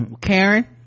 karen